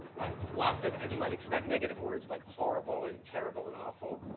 and lots of, as you might expect negative words, like horrible and terrible and awful.